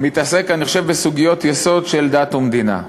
מתעסק בסוגיות יסוד של דת ומדינה.